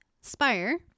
spire